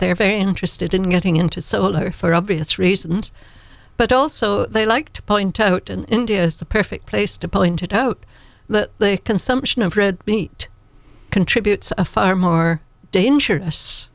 they're very interested in getting into solar for obvious reasons but also they like to point out and india is the perfect place to pointed out that the consumption of bread meat contributes a far more dangerous